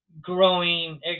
growing